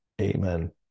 Amen